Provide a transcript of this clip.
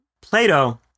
Plato